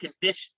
condition